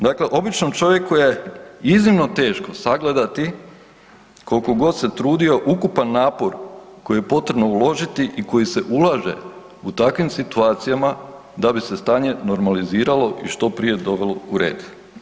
Dakle, običnom čovjeku je iznimno teško sagledati, koliko god se trudio ukopan napor koji je potrebno uložiti i koji se ulaže u takvih situacijama da bi se stanje normaliziralo i što prije dovelo u red.